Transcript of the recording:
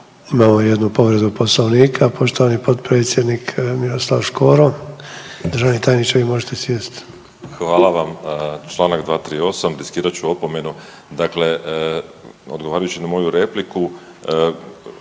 Imamo jednu povredu Poslovnika, poštovani potpredsjednik Miroslav Škoro. Državni tajniče vi možete sjest. **Škoro, Miroslav (Nezavisni)** Hvala vam. Čl. 238., riskirat ću opomenu. Dakle, odgovarajući na moju repliku